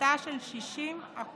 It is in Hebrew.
הפחתה של 60%